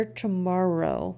tomorrow